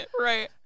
Right